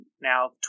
now